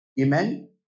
Amen